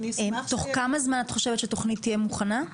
תוך כמה זמן את חושבת שהתוכנית תהיה מוכנה?